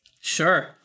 Sure